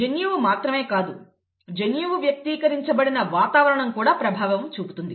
జన్యువు మాత్రమే కాదు జన్యువు వ్యక్తీకరించబడిన వాతావరణం కూడా ప్రభావం చూపుతుంది